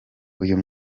uyu